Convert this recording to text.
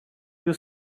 you